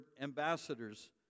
ambassadors